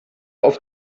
auf